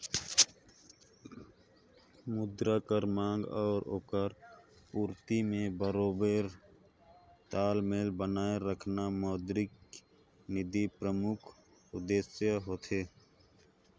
मुद्रा कर मांग अउ ओकर पूरती में बरोबेर तालमेल बनाए रखना मौद्रिक नीति परमुख उद्देस होथे